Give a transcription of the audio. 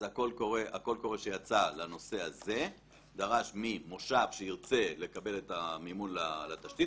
הקול קורא שיצא לנושא הזה דרש ממושב שירצה לקבל את המימון לתשתית,